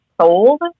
sold